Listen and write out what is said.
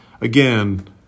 again